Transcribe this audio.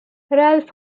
ralf